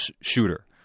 shooter